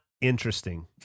interesting